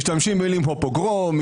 משתמשים במילים כמו פוגרום,